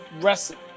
wrestling